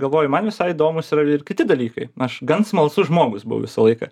galvoju man visai įdomūs yra ir kiti dalykai aš gan smalsus žmogus buvau visą laiką